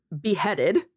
beheaded